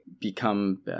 become